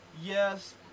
Yes